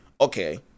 Okay